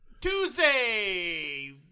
Tuesday